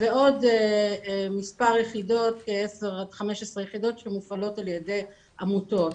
ועוד 15-10 יחידות שמופעלות על ידי עמותות.